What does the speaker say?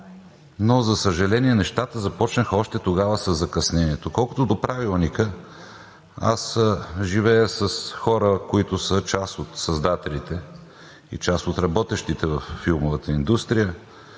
но за съжаление, нещата започнаха още тогава със закъснението. Колкото до Правилника, аз живея с хора, които са част от създателите и част от работещите във филмовата индустрия.